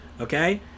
Okay